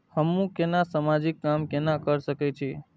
हमू केना समाजिक काम केना कर सके छी?